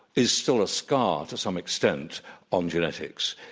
is still a scar to some extent on genetics.